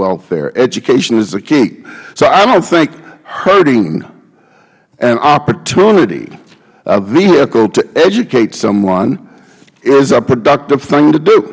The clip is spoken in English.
welfare education is the key so i don't think hurting an opportunity a vehicle to educate someone is a productive thing to do